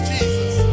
Jesus